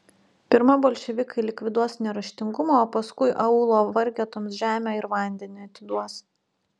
pirma bolševikai likviduos neraštingumą o paskui aūlo vargetoms žemę ir vandenį atiduos